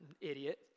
idiot